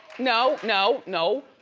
no, no, no.